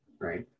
right